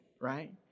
right